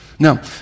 Now